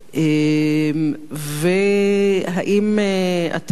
והאם אתה,